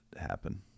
happen